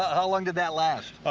how long did that last?